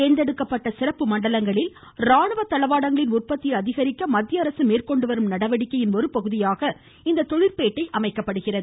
தேர்ந்தெடுக்கப்பட்ட மண்டலங்களில் தளவாடங்களின் சிறப்பு உற்பத்தியை அதிகரிக்க மத்திய அரசு மேற்கொண்டு வரும் நடவடிக்கையின் ஒருபகுதியாக இந்த தொழிற்பேட்டை அமைக்கப்படுகிறது